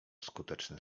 skuteczny